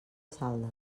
saldes